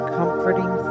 comforting